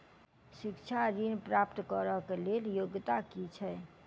शिक्षा ऋण प्राप्त करऽ कऽ लेल योग्यता की छई?